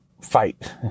Fight